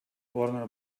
warner